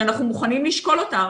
שאנחנו מוכנים לשקול אותה,